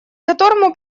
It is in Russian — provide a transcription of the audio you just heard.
которому